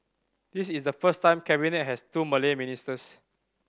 this is the first time Cabinet has two Malay ministers